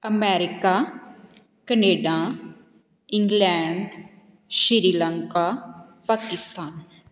America Canada England Sri Lanka Pakistan